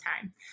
time